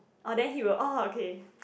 orh then he will orh okay